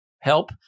help